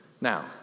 Now